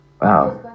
Wow